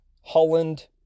Holland